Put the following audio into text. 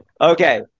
Okay